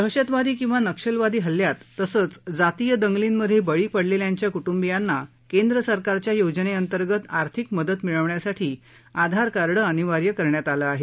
दहशतवादी किंवा नक्षलवादी हल्ल्यात तसंच जातीय दंगलींमधे बळी पडलेल्यांच्या कुर्वियांना केंद्र सरकारच्या योजनेअंतर्गत आर्थिक मदत मिळवण्यासाठी आधार कार्ड अनिवार्य करण्यात आलं आहे